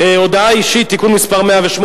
הודעה אישית (תיקון מס' 108),